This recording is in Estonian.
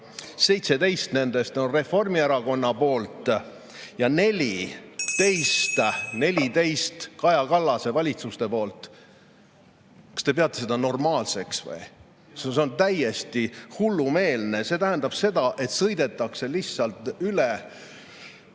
Nendest on 17 Reformierakonna poolt ja 14 Kaja Kallase valitsuste poolt. Kas te peate seda normaalseks? See on täiesti hullumeelne. See tähendab seda, et lihtsalt